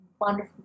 wonderful